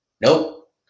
Nope